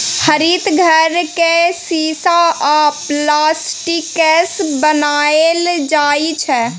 हरित घर केँ शीशा आ प्लास्टिकसँ बनाएल जाइ छै